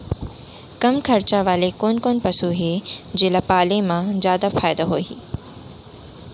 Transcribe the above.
कम खरचा वाले कोन कोन पसु हे जेला पाले म जादा फायदा होही?